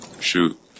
Shoot